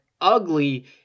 ugly